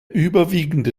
überwiegende